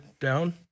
down